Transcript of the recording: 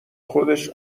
خودش